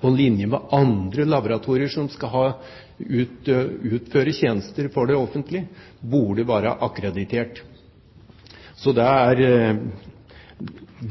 på linje med andre laboratorier som skal utføre tjenester for det offentlige, burde være akkreditert.